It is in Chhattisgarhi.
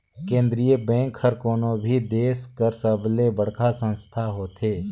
केंद्रीय बेंक हर कोनो भी देस कर सबले बड़खा संस्था होथे